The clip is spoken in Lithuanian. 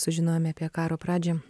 sužinojome apie karo pradžią